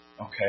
Okay